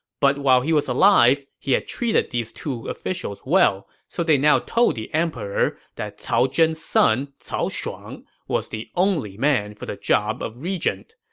but while he was alive he had treated these two officials well, so they now told the emperor that cao zhen's son, cao shuang, was the only man for the job of regent.